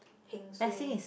heng suay